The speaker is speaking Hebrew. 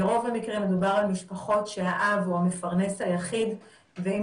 ברוב המקרים מדובר על משפחות שהאב הוא המפרנס היחיד ועם